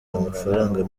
amafaranga